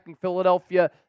Philadelphia